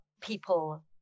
people